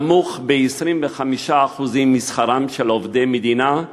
נמוך ב-25% משכרם של עובדי מדינה,